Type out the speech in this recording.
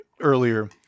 earlier